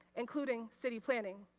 including city planning.